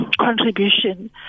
contribution